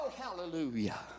hallelujah